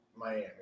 Miami